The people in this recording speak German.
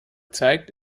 zeigt